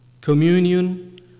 Communion